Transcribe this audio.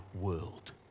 world